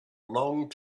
long